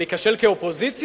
אבל להיכשל כאופוזיציה?